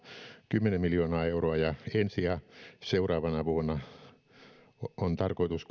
kymmenen miljoonaa euroa ja ensi ja seuraavana vuonna kumpanakin siihen on tarkoitus